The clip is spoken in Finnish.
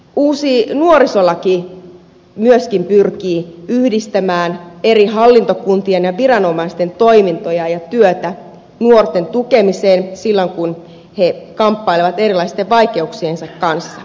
uusi nuorisolaki myöskin pyrkii yhdistämään eri hallintokuntien ja viranomaisten toimintoja ja työtä nuorten tukemiseen silloin kun he kamppailevat erilaisten vaikeuksiensa kanssa